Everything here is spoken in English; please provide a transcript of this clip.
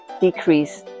decrease